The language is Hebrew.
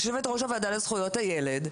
יושבת-ראש הוועדה לזכויות הילד,